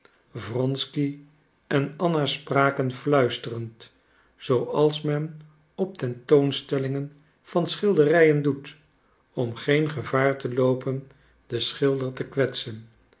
wronsky en anna spraken fluisterend zooals men op tentoonstellingen van schilderijen doet om geen gevaar te loopen den schilder te kwetsen